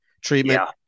treatment